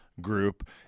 group